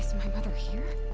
so my mother here?